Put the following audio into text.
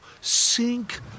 Sink